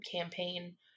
campaign